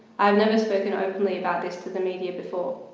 i've never spoken openly about this to the media before,